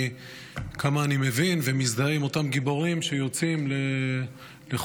כמה שאני מבין ומזדהה עם אותם גיבורים שיוצאים לחודש,